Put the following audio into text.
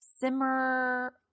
simmer